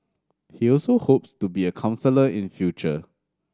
he also hopes to be a counsellor in future